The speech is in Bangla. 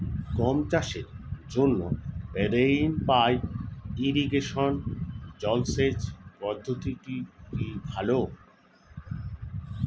গম চাষের জন্য রেইন পাইপ ইরিগেশন জলসেচ পদ্ধতিটি কি ভালো?